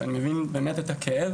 אני מבין את הכאב.